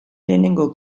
lehenengo